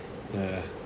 ya